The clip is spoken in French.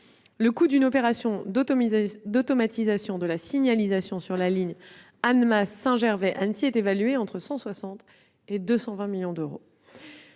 Le coût d'une opération d'automatisation de la signalisation sur la ligne Annemasse-Saint-Gervais-Annecy est évalué entre 160 et 220 millions d'euros.